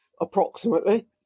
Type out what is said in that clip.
approximately